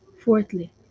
Fourthly